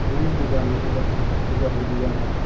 बिदिनो बिगानै बिगाथाम बिगाब्रै बिगाबा